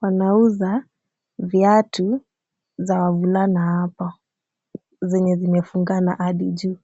Wanauza viatu za wavulana hapa zenye zimefungana hadi juu.